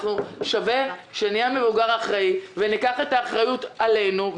שווה שניקח את האחריות עלינו.